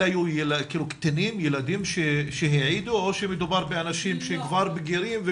האם אלה היו קטינים שהעידו או שמדובר באנשים שכבר בגירים?